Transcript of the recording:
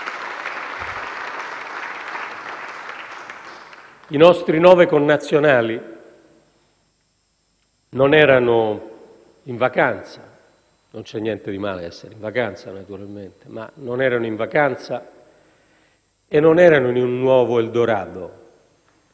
I nostri nove connazionali non erano in vacanza (non c'è niente di male ad essere in vacanza, naturalmente) e non erano in un nuovo Eldorado.